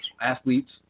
athletes